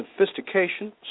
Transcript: sophistication